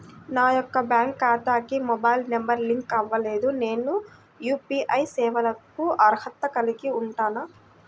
నా యొక్క బ్యాంక్ ఖాతాకి మొబైల్ నంబర్ లింక్ అవ్వలేదు నేను యూ.పీ.ఐ సేవలకు అర్హత కలిగి ఉంటానా?